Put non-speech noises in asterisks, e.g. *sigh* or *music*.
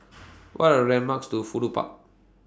*noise* What Are landmarks to Fudu Park